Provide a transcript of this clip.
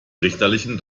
richterlichen